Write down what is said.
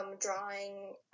drawing